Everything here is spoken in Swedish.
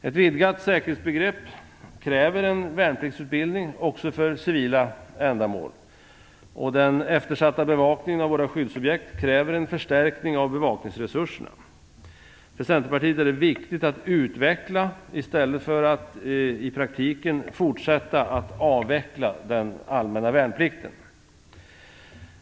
Ett vidgat säkerhetsbegrepp kräver en värnpliktsutbildning också för civila ändamål. Den eftersatta bevakningen av våra skyddsobjekt kräver en förstärkning av bevakningsresurserna. För Centerpartiet är det viktigt att utveckla i stället för att i praktiken fortsätta att avveckla den allmänna värnplikten.